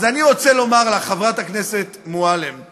אז אני רוצה לומר לך, חברת הכנסת מועלם-רפאלי,